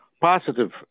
positive